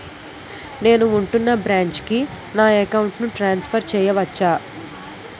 నేను ఉంటున్న బ్రాంచికి నా అకౌంట్ ను ట్రాన్సఫర్ చేయవచ్చా?